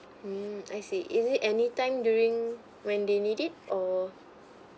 mm I see is it anytime during when they need it or